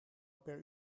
per